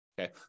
Okay